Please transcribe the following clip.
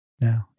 No